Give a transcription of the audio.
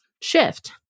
shift